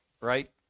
right